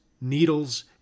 Needles